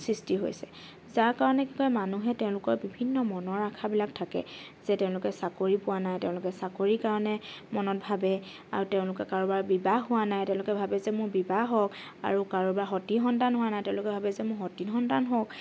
সৃষ্টি হৈছে যাৰ কাৰণে কি কৰে মানুহে তেওঁলোকৰ বিভিন্ন মনৰ আশাবিলাক থাকে যে তেওঁলোকে চাকৰি পোৱা নাই তেওঁলোকে চাকৰিৰ কাৰণে মনত ভাবে আৰু তেওঁলোকে কৰোবাৰ বিবাহ হোৱা নাই তেওঁলোকে ভাবে যে মোৰ বিবাহ হওক আৰু কাৰোবাৰ সতি সন্তান হোৱা নাই তেওঁলোকে ভাবে যে মোৰ সতি সন্তান হওক